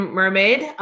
mermaid